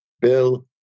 Bill